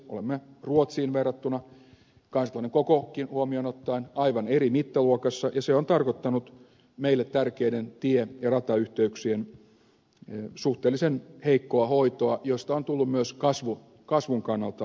olemme ruotsiin verrattuna kansakunnan kokokin huomioon ottaen aivan eri mittaluokassa ja se on tarkoittanut meille tärkeiden tie ja ratayhteyksien suhteellisen heikkoa hoitoa josta on tullut myös kasvun kannalta pullonkaula